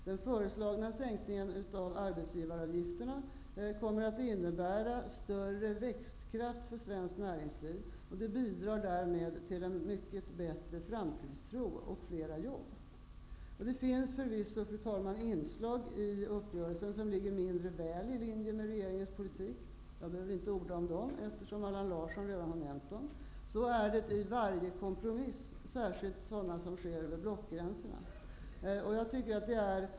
Den föreslagna sänkningen av arbetsgivaravgifterna kommer att innebära större växtkraft för svenskt näringsliv och kommer därmed att bidra till bättre framtidstro och fler jobb. Fru talman! Det finns förvisso inslag i uppgörelsen som ligger mindre väl i linje med regeringens politik. Jag behöver inte orda om dem, eftersom Allan Larsson redan har nämnt dem. Så är det i varje kompromiss, och särskilt i sådana som sker över blockgränserna.